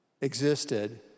existed